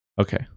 Okay